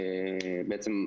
בעצם,